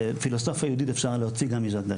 פילוסופיה יהודית אפשר להוציא גם מז'אק דרידה.